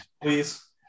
please